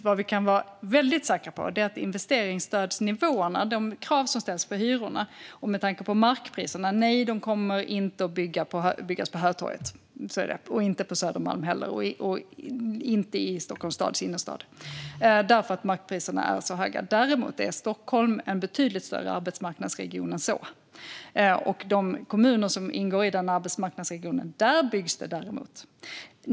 Vad vi kan vara väldigt säkra på är att investeringsstödsnivåerna, kraven som ställs på hyrorna och markpriserna tillsammans innebär att bostäderna inte kommer att byggas på Hötorget, på Södermalm eller över huvud taget i Stockholms innerstad. Markpriserna är för höga. Men Stockholm är en betydligt större arbetsmarknadsregion än så. I de kommuner som ingår i arbetsmarknadsregionen byggs det däremot.